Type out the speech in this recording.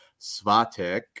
Svatik